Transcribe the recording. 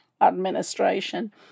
administration